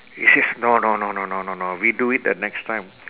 he says no no no no no no no we do it the next time